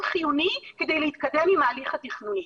חיוני כדי להתקדם עם ההליך התכנוני.